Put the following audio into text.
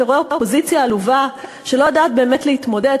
שרואה אופוזיציה עלובה שלא יודעת באמת להתמודד,